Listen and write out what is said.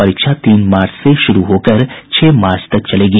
परीक्षा तीन मार्च से शुरू होकर छह मार्च तक चलेगी